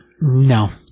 No